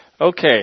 Okay